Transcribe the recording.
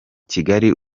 kigali